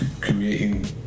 creating